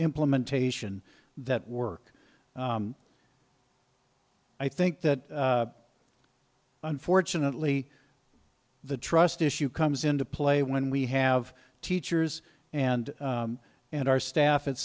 implementation that work i think that unfortunately the trust issue comes into play when we have teachers and and our staff at